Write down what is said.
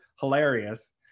hilarious